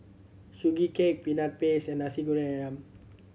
Sugee Cake Peanut Paste and Nasi Goreng Ayam